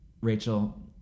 rachel